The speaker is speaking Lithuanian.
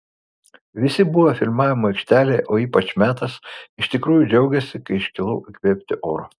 visi buvę filmavimo aikštelėje o ypač metas iš tikrųjų džiaugėsi kai iškilau įkvėpti oro